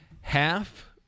Half